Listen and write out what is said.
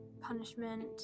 punishment